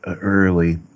early